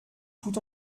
tout